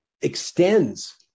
extends